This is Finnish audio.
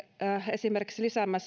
esimerkiksi